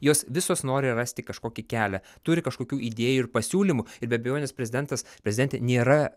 jos visos nori rasti kažkokį kelią turi kažkokių idėjų ir pasiūlymų ir be abejonės prezidentas prezidentė nėra